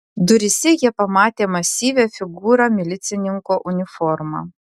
duryse jie pamatė masyvią figūrą milicininko uniforma